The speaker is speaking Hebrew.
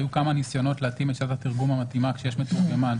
היו כמה ניסיונות להתאים את שיטת התרגום המתאימה כשיש מתורגמן.